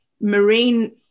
marine